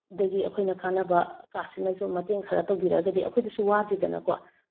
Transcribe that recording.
ꯗꯒꯤ ꯑꯩꯈꯣꯏꯅ ꯀꯥꯟꯅꯕ ꯀꯥꯔꯗꯁꯤꯅꯁꯨ ꯃꯇꯦꯡ ꯈꯔ ꯇꯧꯕꯤꯔꯛꯑꯒꯗꯤ ꯑꯩꯈꯣꯏꯗꯁꯨ ꯋꯥꯗꯦꯗꯅꯀꯣ